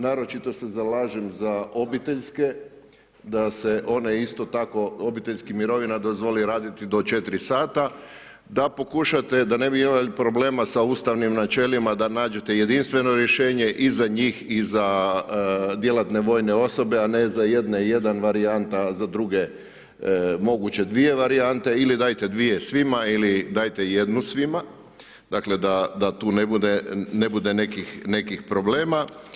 Naročito se zalažem za obiteljske, da se one isto tako obiteljski mirovina dozvoli raditi do 4 sata, da pokušate da ne bi imali problema sa Ustavnim načelima da nađete jedinstveno rješenje i za njih i za djelatne vojne osobe, a ne za jedne 1 varijanta, a za druge moguće dvije varijante, ili dajte dvije svima ili dajte jednu svima da tu ne bude nekih problema.